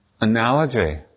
analogy